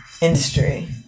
industry